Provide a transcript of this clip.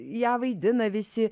ją vaidina visi